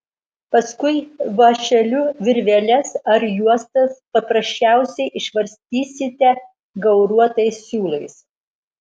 paskui vąšeliu virveles ar juostas paprasčiausiai išvarstysite gauruotais siūlais